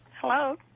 Hello